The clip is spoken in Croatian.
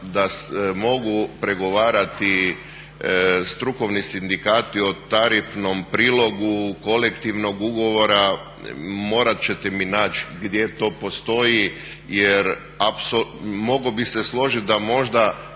da mogu pregovarati strukovni sindikati o tarifnom prilogu kolektivnog ugovora. Morat ćete mi naći gdje to postoji jer mogao bih se složit da možda